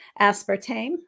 aspartame